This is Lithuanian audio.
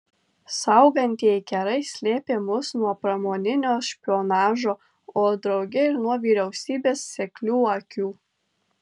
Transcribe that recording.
saugantieji kerai slėpė mus nuo pramoninio špionažo o drauge ir nuo vyriausybės seklių akių